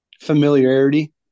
familiarity